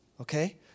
okay